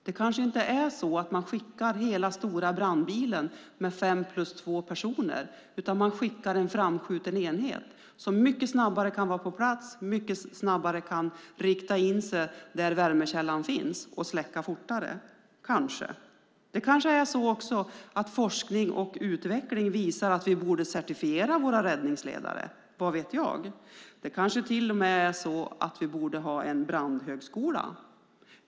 Det kanske inte är så att man skickar hela stora brandbilen med fem plus två personer utan att man skickar en framskjuten enhet som mycket snabbare kan vara på plats och som kanske mycket snabbare kan rikta in sig på det ställe där värmekällan finns och släcka fortare. Det kanske också är så att forskning och utveckling visar att vi borde certifiera våra räddningsledare. Vad vet jag? Det kanske till och med är så att vi borde ha en brandhögskola.